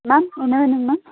ma'am என்ன வேணும்ங்க ma'am